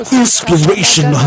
inspiration